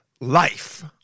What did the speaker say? life